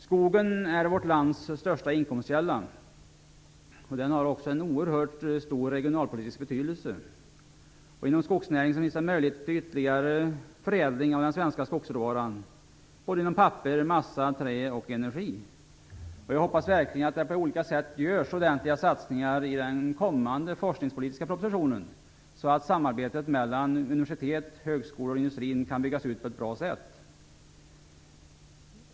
Skogen är vårt lands största inkomstkälla. Den har också en oerhörd stor regionalpolitisk betydelse. Inom skogsnäringen finns det möjlighet till ytterligare förädling av den svenska skogsråvaran inom papper, massa, trä och energi. Jag hoppas verkligen att det på olika sätt görs ordentliga satsningar i den kommande forskningspolitiska propositionen så att samarbetet mellan universitet, högskolor och industrin kan byggas ut på ett bra sätt.